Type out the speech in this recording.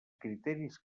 criteris